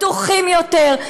פתוחים יותר.